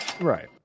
Right